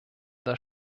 das